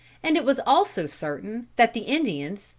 and it was also certain that the indians,